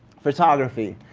photography.